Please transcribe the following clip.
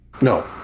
No